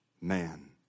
man